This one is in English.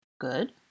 Good